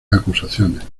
acusaciones